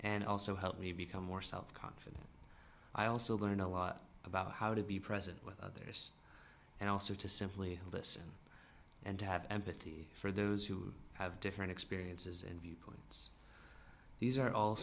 and also helped me become more self confident i also learned a lot about how to be present with others and also to simply listen and to have empathy for those who have different experiences and viewpoints these are all